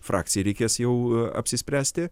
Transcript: frakcijai reikės jau apsispręsti